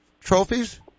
Trophies